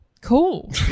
Cool